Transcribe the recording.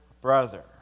brother